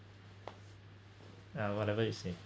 uh whatever you say